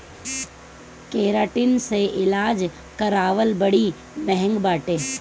keratin से इलाज करावल बड़ी महँग बाटे